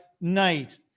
night